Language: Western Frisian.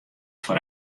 foar